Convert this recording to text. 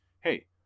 Hey